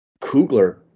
Kugler